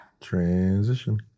Transition